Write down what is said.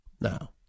Now